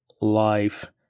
life